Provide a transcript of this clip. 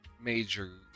major